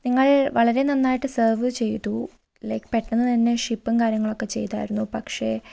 നിങ്ങൾ വളരെ നന്നായിട്ട് സെർവ് ചെയ്തു ലൈക്ക് പെട്ടെന്ന് തന്നെ ഷിപ്പും കാര്യങ്ങളും ഒക്കെ ചെയ്തായിരുന്നു പക്ഷേ